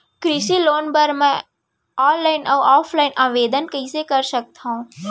कृषि लोन बर मैं ऑनलाइन अऊ ऑफलाइन आवेदन कइसे कर सकथव?